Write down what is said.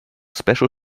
special